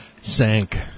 sank